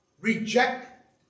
reject